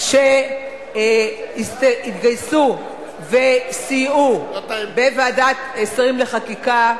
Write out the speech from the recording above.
גם שרים שהתגייסו וסייעו בוועדת שרים לחקיקה.